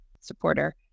supporter